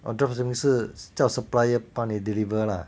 oh drop shipping 是叫 supplier 帮你 deliver lah